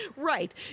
Right